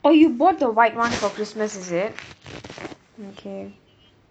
oh you bought the white [one] for christmas is it